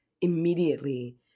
immediately